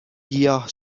گیاه